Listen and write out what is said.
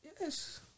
Yes